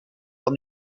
arts